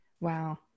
Wow